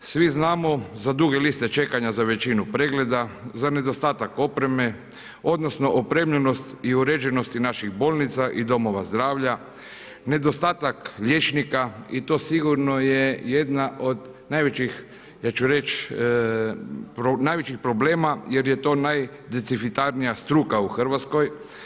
Svi znamo za duge liste čekanja za većinu pregleda, za nedostatak opreme, odnosno opremljenost i uređenosti naših bolnica i domova zdravlja, nedostatak liječnika i to sigurno je jedna od najvećih, ja ću reći, najvećih problema jer je to najdeficitarnija struka u RH.